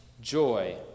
joy